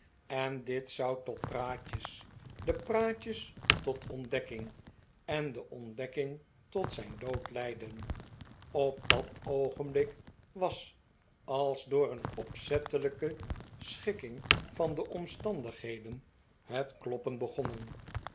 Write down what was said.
en dit zou tot praatjes de praatjes tot ontdekking en de ontdekking tot zijn dood leiden op dat oogenblik was als door een opzettelijke schikking van de omstandigheden het kloppen begonnen